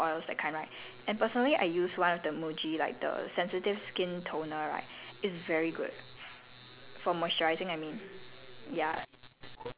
you see their skincare line right it's all like all natural there's no mineral oils that kind right and personally I use one of the muji like the sensitive skin toner right it's very good